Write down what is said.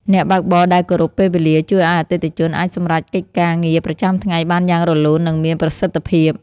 អ្នកបើកបរដែលគោរពពេលវេលាជួយឱ្យអតិថិជនអាចសម្រេចកិច្ចការងារប្រចាំថ្ងៃបានយ៉ាងរលូន និងមានប្រសិទ្ធភាព។